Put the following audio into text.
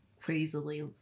crazily